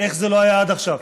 זה לא היה עד עכשיו?